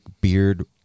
beard